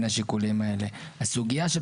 בשום מקום אין מקום שבו נדרשת הסכמה של